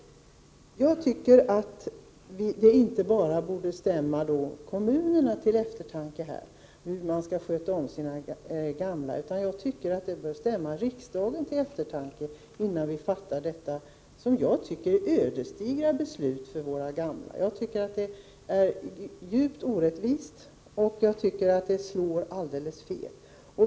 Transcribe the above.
Jag tycker att det inte bara borde stämma kommunerna till eftertanke, hur man skall sköta sina gamla, utan jag tycker att det bör stämma riksdagen till eftertanke, innan vi fattar detta, som jag tycker, ödesdigra beslut. Jag tycker att det är djupt orättvist och att det slår alldeles fel.